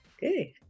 Good